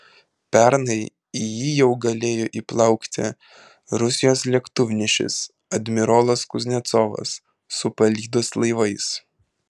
pernai į jį jau galėjo įplaukti rusijos lėktuvnešis admirolas kuznecovas su palydos laivais